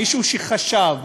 מישהו שחשב,